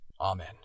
amen